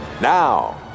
Now